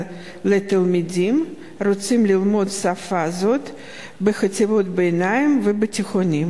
לתלמידים הרוצים ללמוד שפה זו בחטיבות הביניים ובתיכונים?